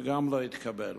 וגם הוא לא התקבל.